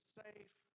safe